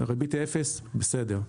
הריבית היא אפס, בסדר.